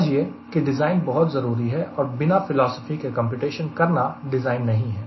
समझिए की डिज़ाइन बहुत जरूरी है और बिना फिलॉसफी के कंप्यूटेशन करना डिज़ाइन नहीं है